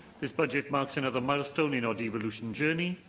this budget marks another milestone in our devolution journey.